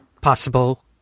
possible